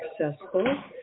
successful